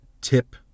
tip